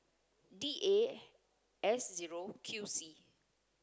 D A S zero Q C